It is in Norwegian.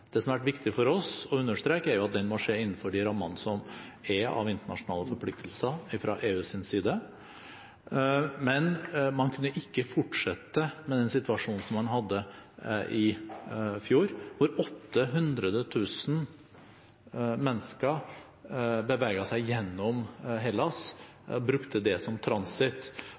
Det som har vært viktig for oss å understreke, er at den må skje innenfor rammene av internasjonale forpliktelser fra EUs side, men man kunne ikke fortsette med den situasjonen man hadde i fjor, da 800 000 mennesker beveget seg gjennom Hellas og brukte det som